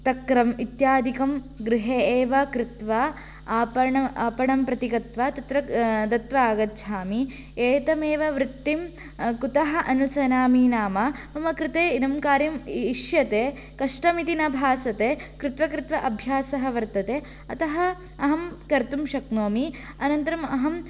तक्रम् इत्यादिकं गृहे एव कृत्वा आपण आपणं प्रति गत्वा तत्र दत्वा आगच्छामि एतमेव वृत्तिं कुतः अनुसरामि नाम मम कृते इदं कार्यम् इष्यते कष्टमिति न भासते कृत्वा कृत्वा अभ्यासः वर्तते अतः अहं कर्तुं शक्नोमि अनन्तरम् अहं